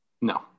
No